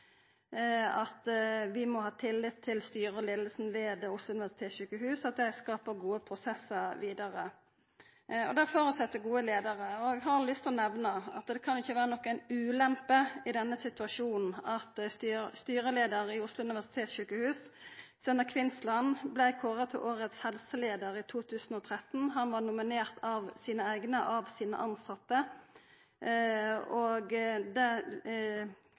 at vi må ha tillit til styret og leiinga ved Oslo universitetssykehus, at dei skapar gode prosessar vidare. Føresetnaden for dette er gode leiarar. Eg har lyst til å nemna at det ikkje kan vera ei ulempe i denne situasjonen at styreleiaren ved Oslo universitetssykehus, Stener Kvinnsland, blei kåra til årets helseleiar i 2013. Han blei nominert av sine eigne – av sine tilsette. Det